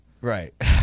Right